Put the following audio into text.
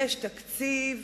יש תקציב